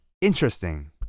Interesting